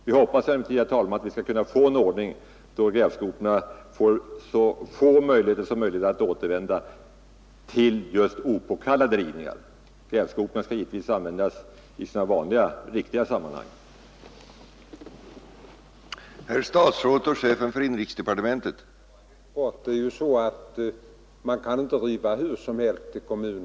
Vi hoppas emellertid, herr talman, att vi skall kunna få en sådan ordning att grävskoporna får så få tillfällen som möjligt att återvända just — Nr 43 till opåkallade rivningar. Grävskoporna skall givetvis användas i sina Fredagen den vanliga, motiverade sammanhang. 17 mars 1972